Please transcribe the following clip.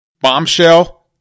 Bombshell